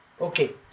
Okay